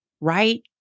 right